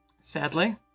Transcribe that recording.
Sadly